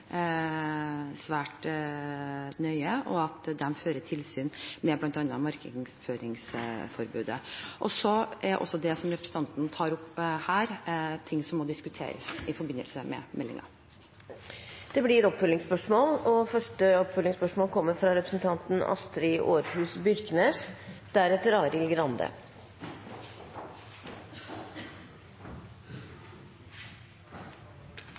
svært nøye og fører tilsyn med bl.a. markedsføringsforbudet. Så er også det representanten tar opp her, ting som må diskuteres i forbindelse med meldingen. Det blir oppfølgingsspørsmål